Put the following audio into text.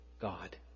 God